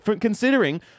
Considering